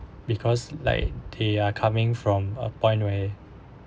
because like they are coming from a point where